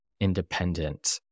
independent